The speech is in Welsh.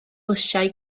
lysiau